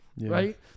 Right